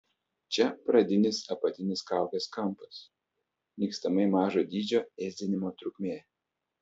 čia pradinis apatinis kaukės kampas nykstamai mažo dydžio ėsdinimo trukmė